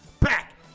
Back